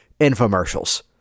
infomercials